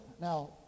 Now